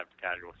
casual